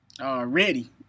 Already